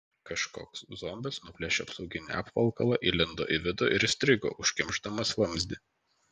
kažkoks zombis nuplėšė apsauginį apvalkalą įlindo į vidų ir įstrigo užkimšdamas vamzdį